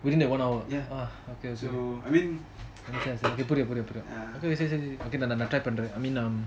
within that one hour ah okay okay I understand I understand எப்பிடி எப்பிடி எப்பிடி:epidi epidi epidi say say say say okay okay நான்:naan try பண்றன்:panran